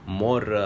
more